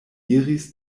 iris